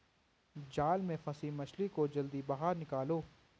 जाल में फसी मछली को जल्दी बाहर निकालो